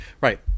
Right